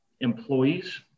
employees